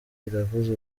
iravuza